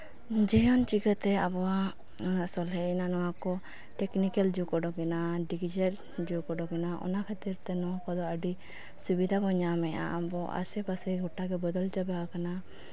ᱡᱤᱭᱚᱱ ᱪᱤᱠᱟᱹᱛᱮ ᱟᱵᱚᱣᱟᱜ ᱥᱚᱞᱦᱮᱭᱮᱱᱟ ᱱᱚᱣᱟ ᱠᱚ ᱴᱮᱠᱱᱤᱠᱮᱞ ᱡᱩᱜᱽ ᱩᱰᱩᱠᱮᱱᱟ ᱰᱤᱡᱮᱞ ᱡᱩᱜᱽ ᱩᱰᱩᱠᱮᱱᱟ ᱚᱱᱟ ᱠᱷᱟᱹᱛᱤᱨᱛᱮ ᱱᱚᱣᱟ ᱠᱚᱫᱚ ᱟᱹᱰᱤ ᱥᱩᱵᱤᱫᱷᱟ ᱵᱚ ᱧᱟᱢᱮᱫᱟ ᱟᱵᱚᱣᱟᱜ ᱟᱥᱮᱯᱟᱥᱮ ᱜᱚᱴᱟᱜᱮ ᱵᱚᱫᱚᱞ ᱪᱟᱵᱟᱣᱟᱠᱟᱱᱟ